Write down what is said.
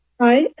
Hi